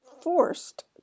forced